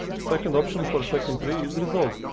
the second option for second tree is resolve,